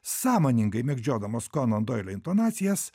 sąmoningai mėgdžiodamas konan doilio intonacijas